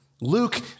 Luke